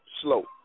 slow